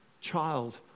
child